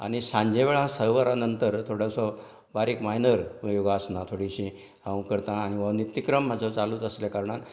आनी सांजे वेळार स वरां नंतर थोडोसो बारीक मायनर योगासनां थोडीशीं हांव करता आनी हो नित्यक्रम म्हाजो चालूच आसल्या कारणान